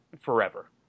forever